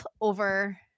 over